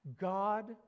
God